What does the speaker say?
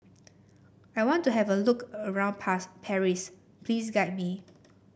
I want to have a look around Paris please guide me